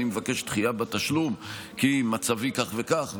אני מבקש דחייה בתשלום כי מצבי כך וכך,